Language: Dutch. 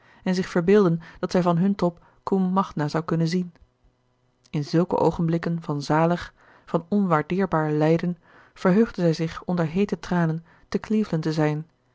en zich verbeelden dat zij van hun top combe magna zou kunnen zien in zulke oogenblikken van zalig van onwaardeerbaar lijden verheugde zij zich onder heete tranen te cleveland te zijn